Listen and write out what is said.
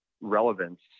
relevance